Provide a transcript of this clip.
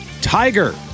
Tiger